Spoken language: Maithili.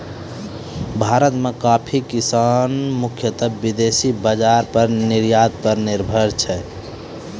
भारत मॅ कॉफी किसान मुख्यतः विदेशी बाजार पर निर्यात पर निर्भर छै